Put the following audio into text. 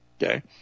Okay